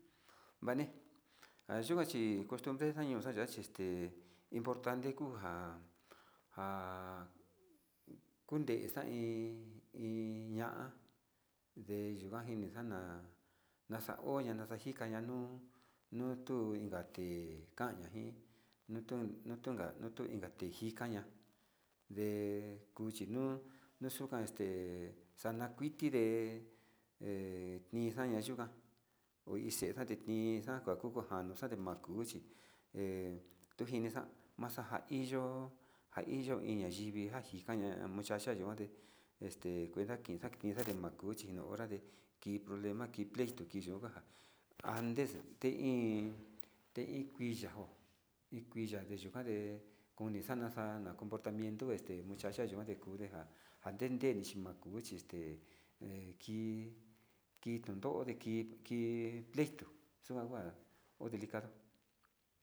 Vani ayu'a chi costumbre ndañoxa importante kunja nja kunde xa'a iin ni iin ña'a ndeku xaini xa'na, naxaoña naxa'a yikaña nuu nuu tu inka te kanja xin nu nutunka nutunka inka tijika ñia ndekuxinu nuu xuka'a este, he xanakuiti nde'e he nixana yunjan hotexaneni xata kutu njan nuu xate makuchi te tunjixan maxajaiyo, njajio iin nayivi njana'a muchacha ngente este kuenxa kinda chi maxuxi kiño'o honrate kii problema kii pleito kiyonjan ande yuu njein te in kui yanjó ikuu yukande koni ka'a naxa'a na comportamiento este muchacha yende nikude ha tendeni chinakuxe he keki kii tontode kii, kii pleito xokua uha ho delicado.